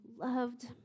loved